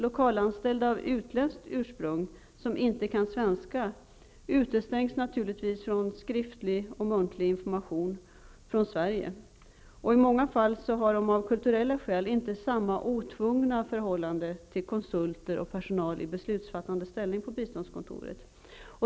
Lokalanställda av utländskt ursprung, som inte kan svenska, utestängs naturligtvis från skriftlig och muntlig information från Sverige. I många fall har de av kulturella skäl inte samma otvungna förhållande till konsulter och personal i beslutsfattande ställning på biståndskontoret.